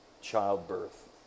childbirth